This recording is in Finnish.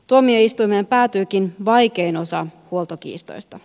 tuomioistuimeen päätyykin vaikein osa huoltokiistoista